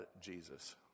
Jesus